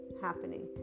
happening